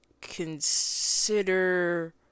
consider